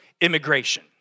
immigration